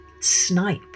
snipe